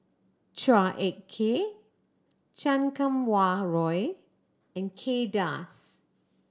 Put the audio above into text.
Chua Ek Kay Chan Kum Wah Roy and Kay Das